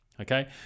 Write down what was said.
okay